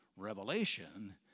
revelation